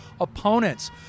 opponents